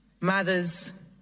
Mothers